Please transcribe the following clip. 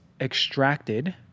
extracted